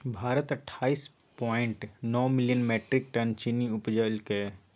भारत अट्ठाइस पॉइंट नो million metric tonne चीन्नी उपजेलकै